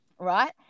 Right